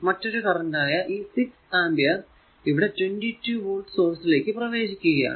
മറ്റൊരു കറന്റ് ആയ ഈ 6 ആമ്പിയർ ഇവിടെ 22 വോൾട് സോഴ്സ് ലേക്ക് പ്രവേശിക്കുകയാണ്